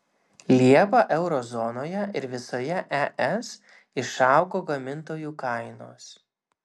liepą euro zonoje ir visoje es išaugo gamintojų kainos